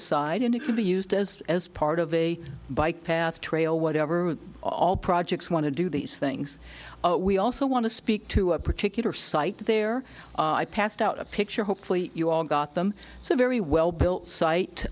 aside and it could be used as as part of a bike path trail whatever all projects want to do these things we also want to speak to a particular site there i passed out a picture hopefully you all got them so very well built